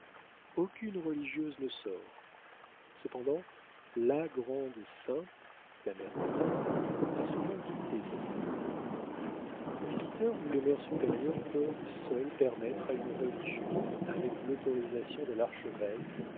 aucune religieuse ne sort cependant la grande sainte la mère thérèse a souvent quitté sa cellule le visiteur ou les mères supérieures peuvent seules permettre à une religieuse avec l'autorisation de l'archevêque